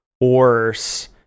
worse